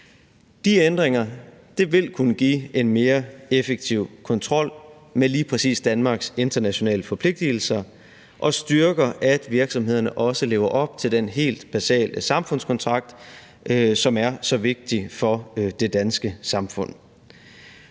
De ændringer vil kunne give en mere effektiv kontrol med lige præcis Danmarks internationale forpligtelser og styrke, at virksomhederne også lever op til den helt basale samfundskontrakt, som er så vigtig for det danske samfund.